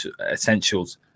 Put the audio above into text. essentials